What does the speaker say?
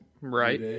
Right